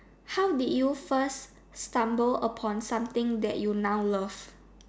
how did you first stumble upon something that you now love